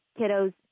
kiddos